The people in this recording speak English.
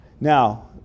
Now